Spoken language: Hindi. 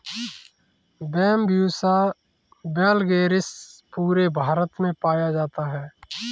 बैम्ब्यूसा वैलगेरिस पूरे भारत में पाया जाता है